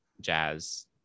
jazz